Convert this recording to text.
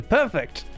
perfect